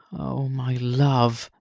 oh, my love,